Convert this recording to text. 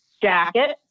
jacket